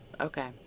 Okay